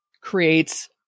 creates